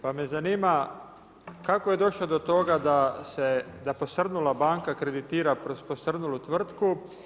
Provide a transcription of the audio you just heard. Pa me zanima kako je došlo do toga da posrnula banka kreditira posrnulu tvrtku?